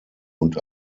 und